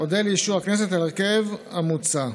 אודה על אישור הכנסת להרכב המוצע.